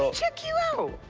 ah check you out!